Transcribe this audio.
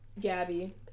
Gabby